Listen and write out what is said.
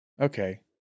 okay